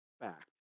fact